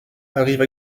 arrive